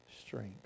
strength